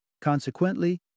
Consequently